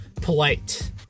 polite